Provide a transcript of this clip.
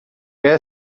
wer